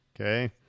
Okay